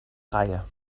reihe